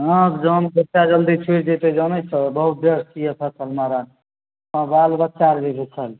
हँ जाम कत्तेक जल्दी छूटि जेतै जाने छहो बहुत देर से छियै फँसल महाराज सब बाल बच्चा भी भूक्खल छै